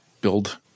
build